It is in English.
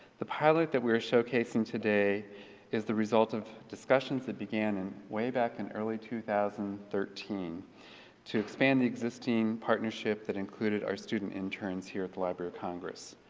the pilot that we are showcasing today is the result of discussions that began and way back in early two thousand thirteen to expand the existing partnership that included our student interns here at the library of congress.